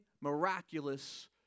miraculous